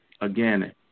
again